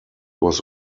was